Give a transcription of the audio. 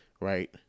right